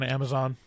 Amazon